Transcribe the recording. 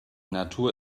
natur